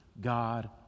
God